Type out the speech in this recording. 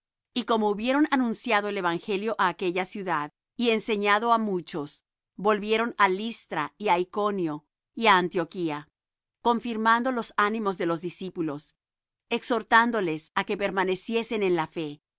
y como hubieron anunciado el evangelio á aquella ciudad y enseñado á muchos volvieron á listra y á iconio y á antioquía confirmando los ánimos de los discípulos exhortándoles á que permaneciesen en la fe